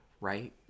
right